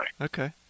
Okay